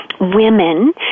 women